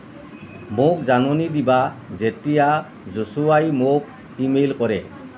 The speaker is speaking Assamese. মোক জাননী দিবা যেতিয়া জশোৱাই মোক ইমেইল কৰে